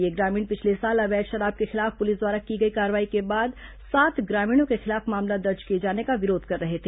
ये ग्रामीण पिछले साल अवैध शराब के खिलाफ पुलिस द्वारा की गई कार्रवाई के बाद सात ग्रामीणों के खिलाफ मामला दर्ज किए जाने का विरोध कर रहे हैं